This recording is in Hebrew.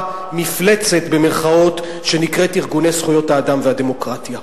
"מפלצת" שנקראת ארגוני זכויות האדם והדמוקרטיה.